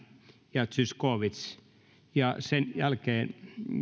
ja zyskowicz ja sen jälkeen